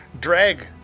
Drag